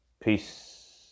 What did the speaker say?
Peace